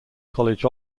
college